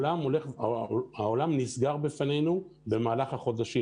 העולם נסגר בפנינו במהלך החודשים.